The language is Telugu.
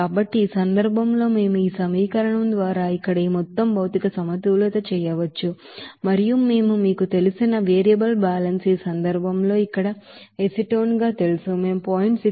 కాబట్టి ఈ సందర్భంలో మేము ఈ సమీకరణం ద్వారా ఇక్కడ ఈ మొత్తం మెటీరియల్ బ్యాలెన్స్ చేయవచ్చు మరియు మేము మీకు తెలిసిన మెటీరియల్ బ్యాలెన్స్ ఈ సందర్భంలో ఇక్కడ ఎసిటోన్ తెలుసు మేము 0